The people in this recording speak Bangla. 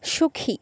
সুখী